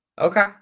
Okay